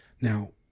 Now